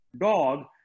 dog